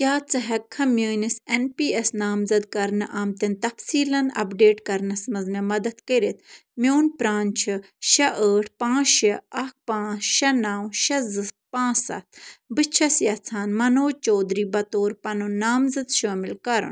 کیٛاہ ژٕ ہؠکھا میٲنس این پی ایس نامزد کرنہٕ آمتیٚن تفصیٖلن اپڈیٹ کرنَس منٛز مےٚ مدد کٔرتھ میون پران چھِ شےٚ ٲٹھ پانٛژھ شےٚ اَکھ پانٛژھ شےٚ نَو شےٚ زٕ پانٛژھ سَتھ بہٕ چھَس یژھان منوج چودھری بطور پنُن نامزد شٲمِل کرُن